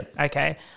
Okay